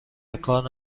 وکار